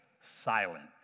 silent